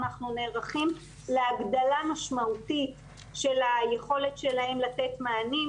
אנחנו נערכים להגדלה משמעותית של היכולת שלהם לתת מענים.